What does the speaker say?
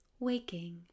Waking